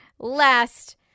Last